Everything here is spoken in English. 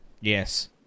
Yes